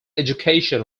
education